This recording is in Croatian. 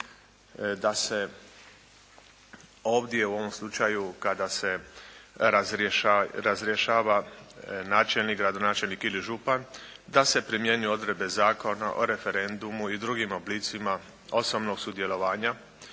da se ovdje u ovom slučaju kada se razrješava načelnik, gradonačelnik ili župan da se primijene odredbe Zakona o referendumu i drugim oblicima osobnog sudjelovanja